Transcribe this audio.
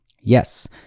Yes